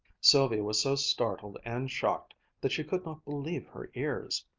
sylvia was so startled and shocked that she could not believe her ears.